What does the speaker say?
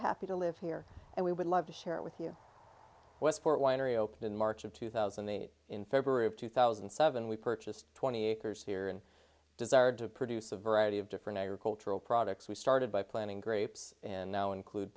happy to live here and we would love to share it with you westport winery opened in march of two thousand and eight in february of two thousand and seven we purchased twenty acres here and desired to produce a variety of different agricultural products we started by planning grapes in now include